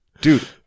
Dude